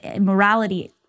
morality